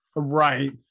Right